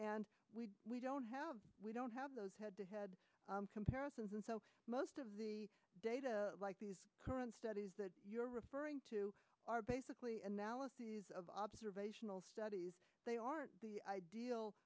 and we don't have we don't have those head to head comparisons and so most of the data like the current studies that you're referring to are basically analyses of observational studies they aren't the ideal